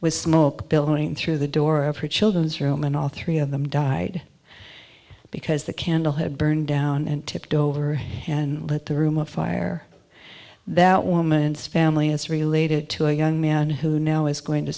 with smoke billowing through the door of her children's room and all three of them died because the candle had burned down and tipped over and let the room fire that woman's family is related to a young man who now is going to